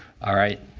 all right.